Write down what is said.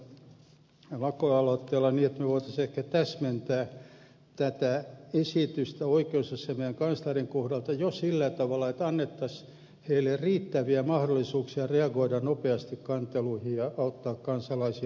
toivon ymmärtämystä lakialoitteelleni niin että voisimme ehkä täsmentää tätä esitystä oikeusasiamiehen ja kanslerin kohdalta jo sillä tavalla että annettaisiin heille riittäviä mahdollisuuksia reagoida nopeasti kanteluihin ja auttaa kansalaisia oikeuksissaan